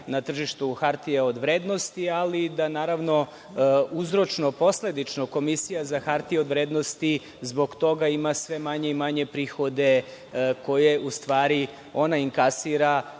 na tržištu hartija od vrednosti, ali da naravno uzročno posledično Komisija za hartije od vrednosti zbog toga ima sve manje i manje prihode koje u stvari ona inkasira